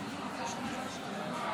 לצערי, לא.